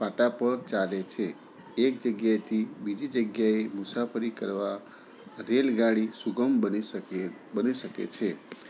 પાટા પર ચાલે છે એક જગ્યાએથી બીજી જગ્યાએ મુસાફરી કરવા રેલગાડી સુગમભરી શકે બની શકે છે